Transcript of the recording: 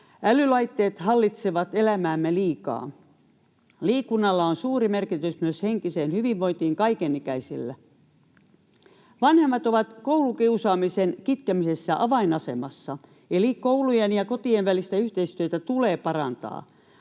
Älylaitteet hallitsevat elämäämme liikaa. Liikunnalla on suuri merkitys myös henkiseen hyvinvointiin kaikenikäisillä. Vanhemmat ovat koulukiusaamisen kitkemisessä avainasemassa, eli koulujen ja kotien välistä yhteistyötä tulee parantaa.